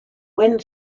wind